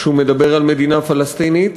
כשהוא מדבר על מדינה פלסטינית,